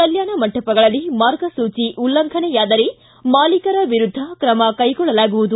ಕಲ್ಕಾಣ ಮಂಟಪಗಳಲ್ಲಿ ಮಾರ್ಗಸೂಚಿ ಉಲ್ಲಂಘನೆಯಾದರೆ ಮಾಲೀಕರ ವಿರುದ್ಧ ಕ್ರಮ ಕೈಗೊಳ್ಳಲಾಗುವುದು